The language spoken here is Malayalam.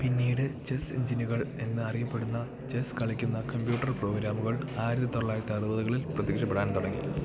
പിന്നീട് ചെസ്സ് എഞ്ചിനുകൾ എന്നറിയപ്പെടുന്ന ചെസ്സ് കളിക്കുന്ന കമ്പ്യൂട്ടർ പ്രോഗ്രാമുകൾ ആയിരത്തി തൊള്ളായിരത്തി അറുപതുകളിൽ പ്രത്യക്ഷപ്പെടാൻ തുടങ്ങി